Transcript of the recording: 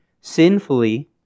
sinfully